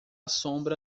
sombra